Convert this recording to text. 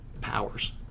powers